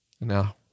Now